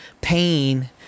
pain